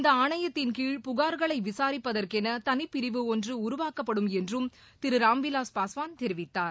இந்தஆணையத்தின்கீழ் புகார்களைவிசாரிப்பதற்கெனதனிப்பிரிவு ஒன்றுஉருவாக்கப்படும் என்றும் திரு ராம்விலாஸ் பாஸ்வான் தெரிவித்தார்